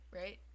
right